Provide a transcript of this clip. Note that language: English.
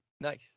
nice